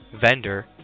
vendor